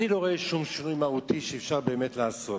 אני לא רואה שום שינוי מהותי שאפשר באמת לעשות.